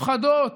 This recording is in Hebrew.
הפחדות,